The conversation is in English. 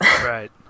Right